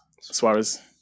Suarez